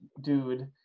dude